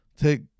take